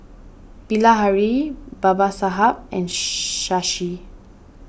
Bilahari Babasaheb and Shashi